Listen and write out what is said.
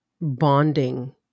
bonding